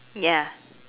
ya